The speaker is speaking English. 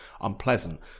unpleasant